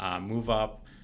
move-up